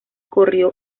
corrió